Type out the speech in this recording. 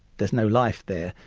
there's no life there,